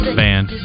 band